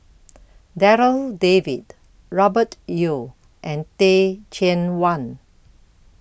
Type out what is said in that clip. Darryl David Robert Yeo and Teh Cheang Wan